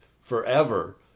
forever